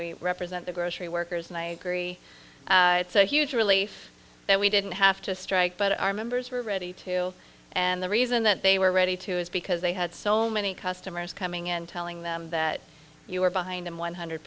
we represent the grocery workers and i agree it's a huge relief that we didn't have to strike but our members were ready to and the reason that they were ready to is because they had so many customers coming in and telling them that you were behind them one hundred